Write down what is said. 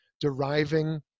deriving